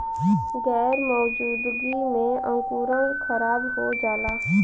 गैर मौजूदगी में अंकुरण खराब हो जाला